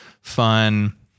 fun